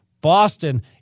Boston